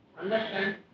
Understand